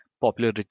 popular